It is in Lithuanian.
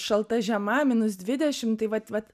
šalta žiema minus dvidešim tai vat vat